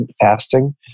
fasting